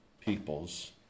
peoples